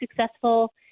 successful